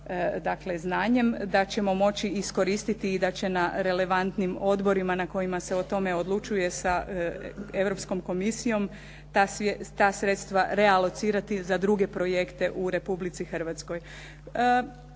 dakle znanjem, da ćemo moći iskoristiti i da će na relevantnim odborima na kojima se o tome odlučuje sa Europskom komisijom ta sredstva realocirati za druge projekte u Republici Hrvatskoj.